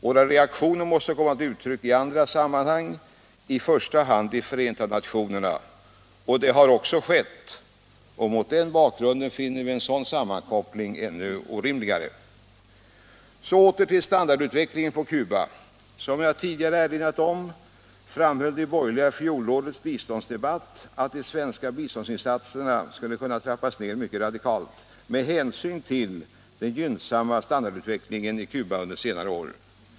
Våra reaktioner måste komma till uttryck i andra sammanhang, i första hand i Förenta nationerna. Detta har också skett, och mot den bakgrunden finner vi sammankopplingen ännu orimligare. Så åter till standardutvecklingen på Cuba. Som jag tidigare erinrat om framhöll de borgerliga i fjolårets biståndsdebatt att de svenska biståndsinsatserna skulle kunna trappas ner mycket radikalt med hänsyn till den gynnsamma standardutvecklingen i Cuba under senare år.